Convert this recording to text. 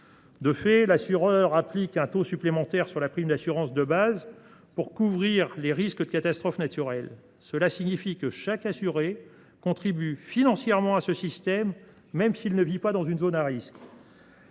De fait, l’assureur applique un taux supplémentaire sur la prime d’assurance de base pour couvrir les risques de catastrophes naturelles. Cela signifie que chaque assuré contribue financièrement à ce système, même s’il ne vit pas dans une zone à risque.